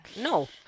no